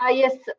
ah yes,